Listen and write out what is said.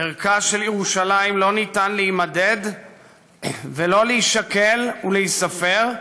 "ערכה של ירושלים לא ניתן להימדד ולא להישקל ולהיספר,